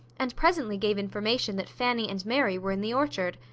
and presently gave information that fanny and mary were in the orchard.